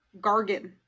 Gargan